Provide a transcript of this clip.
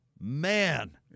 Man